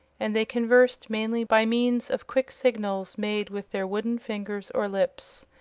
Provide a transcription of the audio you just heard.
and they conversed mainly by means of quick signals made with their wooden fingers or lips.